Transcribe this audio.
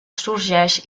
sorgeix